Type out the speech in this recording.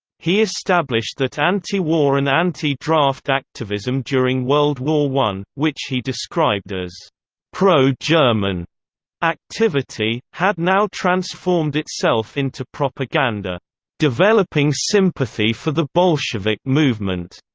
he established that anti-war and anti-draft activism during world war i, which he described as pro-german activity, had now transformed itself into propaganda developing sympathy for the bolshevik movement.